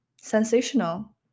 sensational